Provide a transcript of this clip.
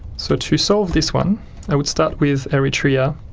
so to solve this one i would start with eritrea